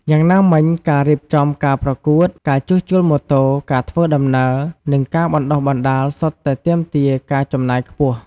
យ៉ាងណាមិញការរៀបចំការប្រកួត ការជួសជុលម៉ូតូ ការធ្វើដំណើរ និងការបណ្តុះបណ្តាលសុទ្ធតែទាមទារការចំណាយខ្ពស់។